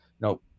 no